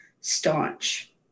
staunch